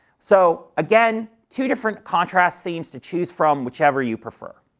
so, again, two different contrast themes to choose from, whichever you prefer.